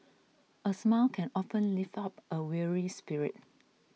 a smile can often lift up a weary spirit